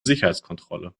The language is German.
sicherheitskontrolle